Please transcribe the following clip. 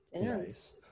Nice